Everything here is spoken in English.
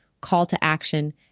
call-to-action